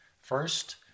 First